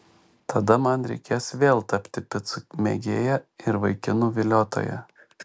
tada man reikės vėl tapti picų mėgėja ir vaikinų viliotoja